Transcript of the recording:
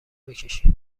بکشی